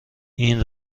این